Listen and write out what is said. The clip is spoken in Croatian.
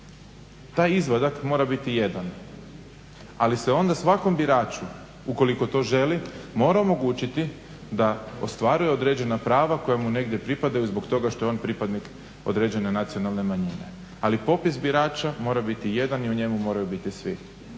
Taj izvadak mora biti jedan, ali se onda svakom biraču ukoliko to želi mora omogućiti da ostvaruje određena prava koja mu negdje pripadaju zbog toga što je on pripadnik određene nacionalne manjine, ali popis birača mora biti jedan i u njemu moraju biti svi.